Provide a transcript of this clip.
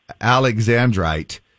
alexandrite